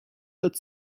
that